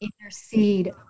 intercede